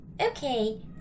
Okay